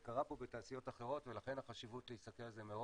זה קרה פה בתעשיות אחרות ולכן החשיבות להסתכל על זה מראש.